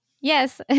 yes